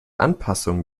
anpassung